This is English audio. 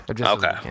okay